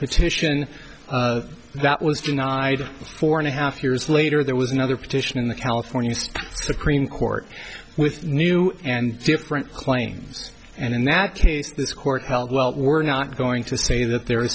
petition that was denied four and a half years later there was another petition in the california supreme court with new and different planes and in that case this court held well we're not going to say that the